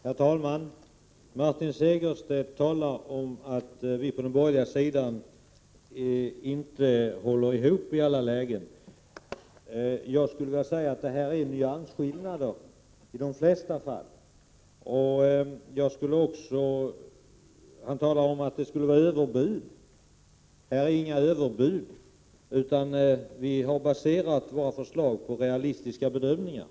Herr talman! Martin Segerstedt säger att vi på den borgerliga sidan inte håller ihop i alla lägen. Jag skulle vilja säga att det i de flesta fall är fråga om nyansskillnader. Martin Segerstedt menar också att det skulle vara fråga om överbud. Här förekommer inga överbud, utan våra förslag är baserade på realistiska bedömningar.